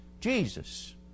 Jesus